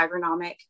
agronomic